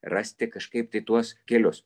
rasti kažkaip tai tuos kelius